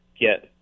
get